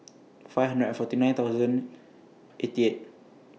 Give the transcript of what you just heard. five hundred and forty nine thousand eighty eight